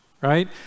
right